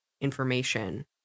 information